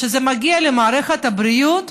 כשזה מגיע למערכת הבריאות,